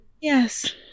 Yes